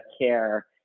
care